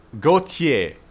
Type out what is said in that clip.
Gautier